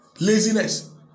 Laziness